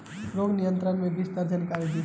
रोग नियंत्रण के विस्तार जानकारी दी?